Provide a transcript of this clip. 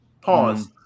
Pause